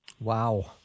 Wow